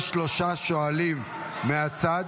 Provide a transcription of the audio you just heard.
יש שלושה שואלים מהצד.